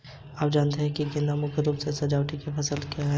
आप जानते ही है गेंदा मुख्य रूप से सजावटी फसल है